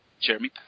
Jeremy